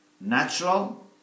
natural